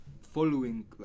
following